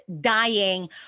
dying